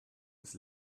his